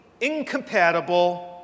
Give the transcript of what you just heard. incompatible